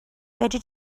fedri